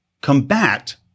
combat